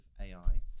AI